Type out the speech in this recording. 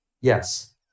Yes